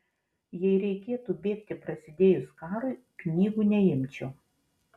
jei reikėtų bėgti prasidėjus karui knygų neimčiau